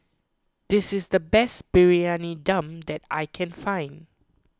this is the best Briyani Dum that I can find